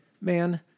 man